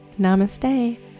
Namaste